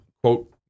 quote